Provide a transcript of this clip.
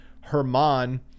Herman